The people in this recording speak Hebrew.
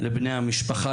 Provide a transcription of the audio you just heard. ולבני המשפחה,